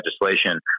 legislation